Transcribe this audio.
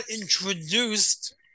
introduced